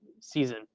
season